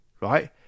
right